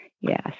yes